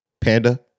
Panda